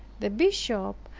the bishop,